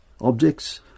objects